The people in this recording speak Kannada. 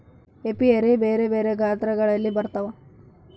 ಏಪಿಯರಿ ಬೆರೆ ಬೆರೆ ಗಾತ್ರಗಳಲ್ಲಿ ಬರುತ್ವ